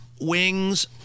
wings